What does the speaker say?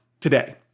today